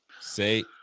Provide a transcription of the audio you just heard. say